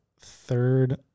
third